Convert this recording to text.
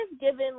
given